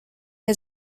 que